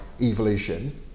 evolution